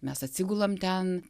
mes atsigulam ten